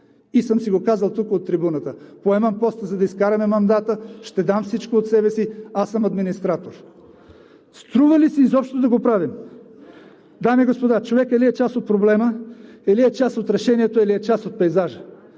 и съм го казвал тук, от трибуната – поемам поста, за да изкараме мандата, ще дам всичко от себе си, аз съм администратор. Струва ли си изобщо да го правим? Дами и господа, човек или е част от проблема, или е част от решението, или е част от пейзажа.